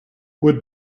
would